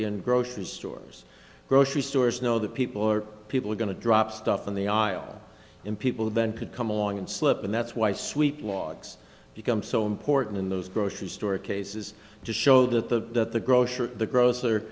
in grocery stores grocery stores know that people are people are going to drop stuff in the aisle in people then could come along and slip and that's why sweet logs become so important in those grocery store cases just showed at the grocery the grocer